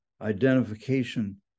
identification